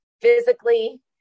physically